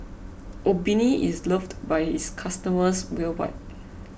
Obimin is loved by its customers worldwide